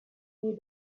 new